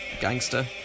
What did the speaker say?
gangster